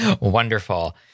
wonderful